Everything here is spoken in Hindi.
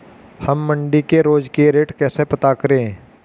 हम मंडी के रोज के रेट कैसे पता करें?